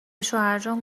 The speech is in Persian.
شوهرجان